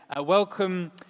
Welcome